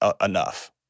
enough